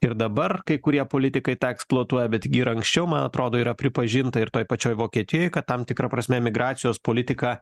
ir dabar kai kurie politikai tą eksploatuoja bet gi ir anksčiau man atrodo yra pripažinta ir toj pačioj vokietijoj kad tam tikra prasme migracijos politika